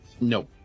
nope